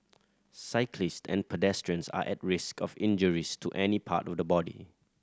cyclist and pedestrians are at risk of injuries to any part of the body